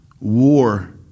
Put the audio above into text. War